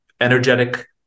energetic